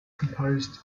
composed